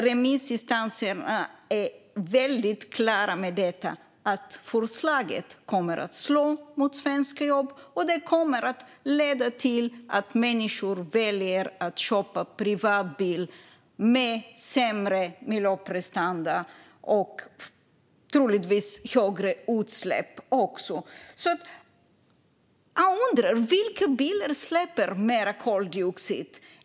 Remissinstanserna är väldigt tydliga med att förslaget kommer att slå mot svenska jobb och leda till att människor väljer att köpa privat bil med sämre miljöprestanda och troligtvis mer utsläpp. Jag undrar vilka bilar som släpper ut mest koldioxid.